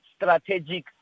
strategic